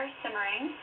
simmering